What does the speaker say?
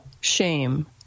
shame